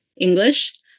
English